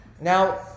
now